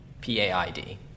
P-A-I-D